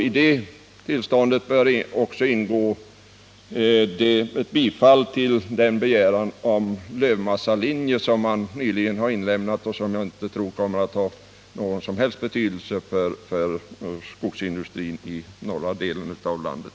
I tillståndet bör också ingå ett bifall till den nyligen inlämnade begäran om en lövmassalinje, något som jag inte tror kommer att ha någon som helst betydelse för skogsindustrin i den norra delen av landet.